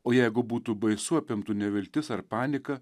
o jeigu būtų baisu apimtų neviltis ar panika